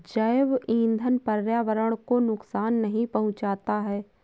जैव ईंधन पर्यावरण को नुकसान नहीं पहुंचाता है